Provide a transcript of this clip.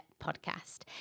Podcast